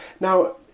Now